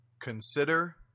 Consider